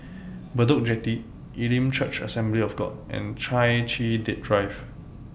Bedok Jetty Elim Church Assembly of God and Chai Chee Drive